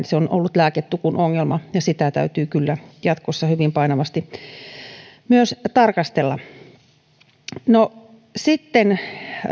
se on ollut lääketukun ongelma ja sitä täytyy kyllä jatkossa hyvin painavasti myös tarkastella sitten